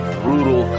brutal